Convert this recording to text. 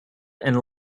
and